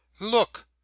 Look